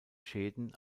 schäden